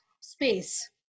space